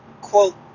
quote